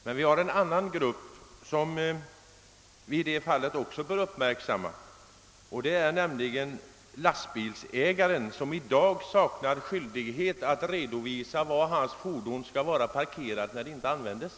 Men vi har en annan grupp som vi också bör uppmärksamma i detta sammanhang, nämligen lastbilägarna, som i dag saknar skyldighet att redovisa var deras fordon skall vara parkerade när de inte används.